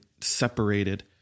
separated